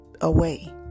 away